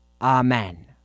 Amen